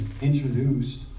introduced